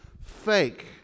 fake